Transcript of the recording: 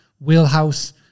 Wheelhouse